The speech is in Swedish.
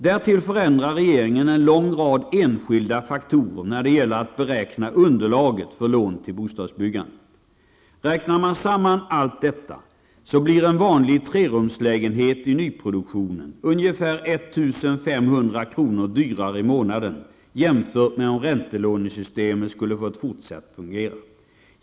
Därtill förändrar regeringen en lång rad enskilda faktorer när det gäller att beräkna underlaget för lån till bostadsbyggandet. Räknar man samman allt detta blir en vanlig trerumslägenhet i nyproduktionen ungefär 1 500 kr. dyrare i månaden jämfört med om räntelånesystemet skulle ha fått fortsätta att fungera.